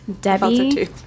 Debbie